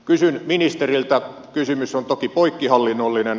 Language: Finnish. kysyn ministeriltä kysymys on toki poikkihallinnollinen